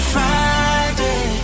Friday